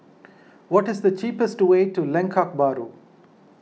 what is the cheapest way to Lengkok Bahru